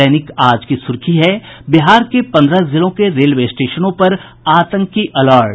दैनिक आज की सुर्खी है बिहार के पन्द्रह जिलों के रेलवे स्टेशनों पर आतंकी अलर्ट